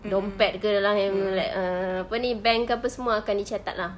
dompet ke dalam handbag err apa ini bank ke apa semua akan dicatat lah